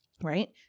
right